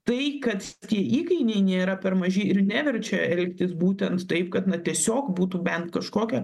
tai kad tie įkainiai nėra per maži ir neverčia elgtis būtent taip kad na tiesiog būtų bent kažkokią